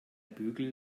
bügel